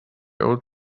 old